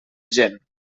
gent